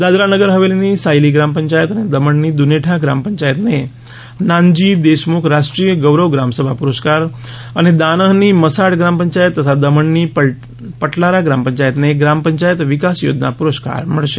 દાદરા નગર હવેલીની સાયલી ગ્રામ પંચાયત અને દમણની દુનેઠા ગ્રામ પંચાયતને નાનાજી દેશમુખ રાષ્ટ્રીય ગૌરવ ગ્રામસભા પુરસ્કાર અને દાનહની મસાટ ગ્રામ પંચાયત તથા દમણની પટલારા ગ્રામ પંચાયતને ગ્રામ પંચાયત વિકાસ યોજના પ્રરસ્કાર મળશે